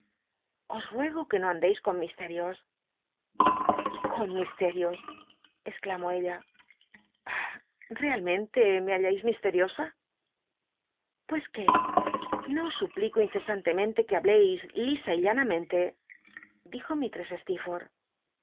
gs ruego que no andcis con misterios con misterios exclamó ella ah realmente me ltallais misteriosa pues qué no os suplico incesantemen te que hableis lisa y llanamente dijo